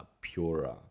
purer